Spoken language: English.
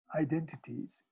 identities